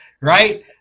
right